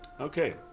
Okay